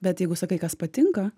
bet jeigu sakai kas patinka